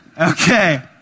Okay